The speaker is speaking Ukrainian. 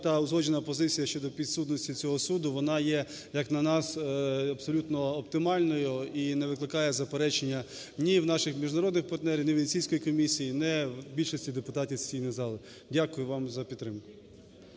та узгоджена позиція щодо підсудності цього суду, вона є, як на нас, абсолютно оптимальною і не викликає заперечення ні в наших міжнародних партнерів, ні в Венеційської комісії, не в більшості депутатів сесійної зали. Дякую вам за підтримку.